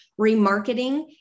remarketing